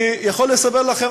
אני יכול לספר לכם,